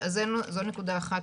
זו נקודה אחת.